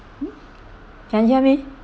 hmm can hear me